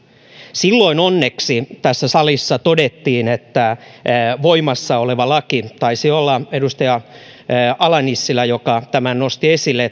silloin onneksi tässä salissa todettiin että voimassa oleva laki taisi olla edustaja ala nissilä joka tämän nosti esille